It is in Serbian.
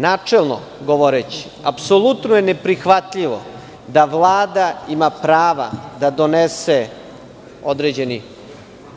Načelno govoreći apsolutno je neprihvatljivo da Vlada ima prava da